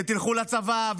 ותלכו לצבא,